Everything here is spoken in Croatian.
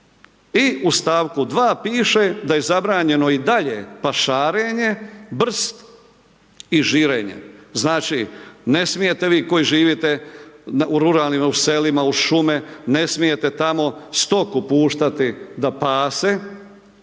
i u st. 2. piše da je zabranjeno i dalje pašarenje, brst i žirenje, znači, ne smijete vi koji živite u ruralnima, u selima, uz šume, ne smijete tamo stoku puštati da pase,